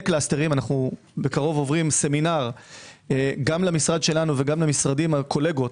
קלסטרים אנו בקרוב עוברים סמינר גם למשרד שלנו וגם למשרדים הקולגות